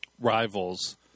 rivals